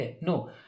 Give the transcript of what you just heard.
No